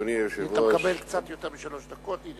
אתה מקבל קצת יותר משלוש דקות.